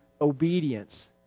obedience